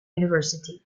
university